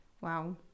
wow